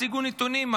הציגו נתונים.